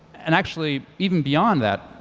and actually even beyond that,